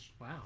Wow